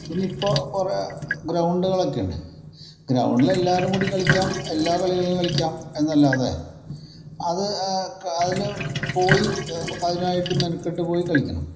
പിന്നെ ഇപ്പോൾ കുറെ ഗ്രൗണ്ടുകളൊക്കെയുണ്ട് ഗ്രൗണ്ടിൽ എല്ലാവരും കൂടി കളിക്കാം എല്ലാ കളികളും കളിക്കാം എന്നല്ലാതെ അത് അതിൽ പോയി അതിനായിട്ട് മെനക്കെട്ട് പോയി കളിക്കണം